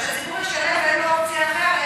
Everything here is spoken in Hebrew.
אבל שהציבור ישלם כי אין אופציה אחרת,